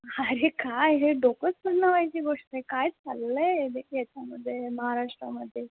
अरे काय हे डोकंच सुन्न व्हायची गोष्ट आहे काय चाललं आहे ह्याच्यामध्ये महाराष्ट्रामध्ये